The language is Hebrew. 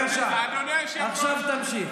רוצה לחסל את מדינת ישראל.